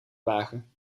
wagen